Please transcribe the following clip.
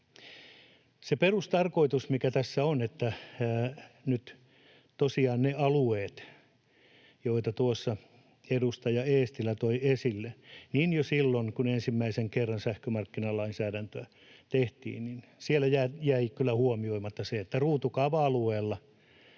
Se perustarkoitus, mikä tässä on, on seuraava: Nyt tosiaan niillä alueilla, joita tuossa edustaja Eestilä toi esille, jo silloin, kun ensimmäisen kerran sähkömarkkinalainsäädäntöä tehtiin, jäi kyllä huomioimatta se, että ruutukaava-alueella